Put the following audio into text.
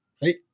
Hey